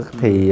thì